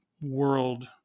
world